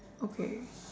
okay